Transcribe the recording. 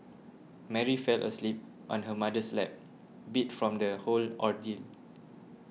Mary fell asleep on her mother's lap beat from the whole ordeal